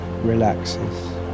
relaxes